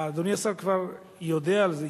אדוני השר כבר יודע על זה,